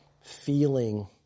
feeling